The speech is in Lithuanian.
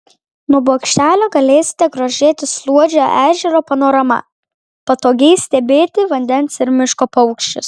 nuo bokštelio galėsite grožėtis luodžio ežero panorama patogiai stebėti vandens ir miško paukščius